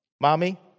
Mommy